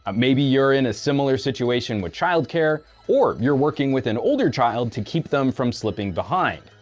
ah maybe you're in a similar situation with child care, or you're working with an older child to keep them from slipping behind.